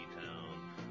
Town